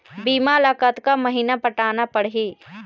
बीमा ला कतका महीना पटाना पड़ही?